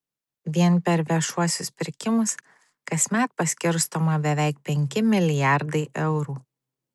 vien per viešuosius pirkimus kasmet paskirstoma beveik penki milijardai eurų